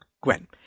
Gwen